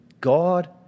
God